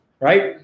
right